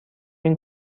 این